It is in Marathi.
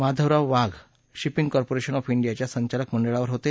Madhavrao Wagh Shipping Corporation of इंडियाच्या संचालक मंडळावर होते